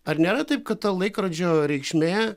ar nėra taip kad ta laikrodžio reikšmė